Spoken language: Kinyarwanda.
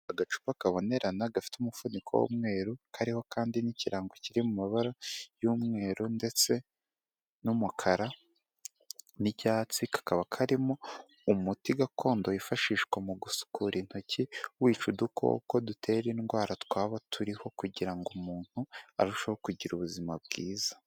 Agacupa kabonerana gafite umufuniko w'umweru, kariho kandi n'ikirango kiri mu mabara y'umweru ndetse n'umukara n'icyatsi, kakaba karimo umuti gakondo wifashishwa mu gusukura intoki, wica udukoko dutera indwara twaba turiho kugira ngo umuntu arusheho kugira ubuzima bwiza.